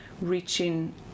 reaching